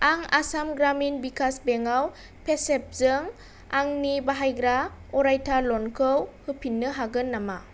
आं आसाम ग्रामिन भिकास बेंकआव पेसेफजों आंनि बाहायग्रा अरायथा ल'नखौ होफिन्नो हागोन नामा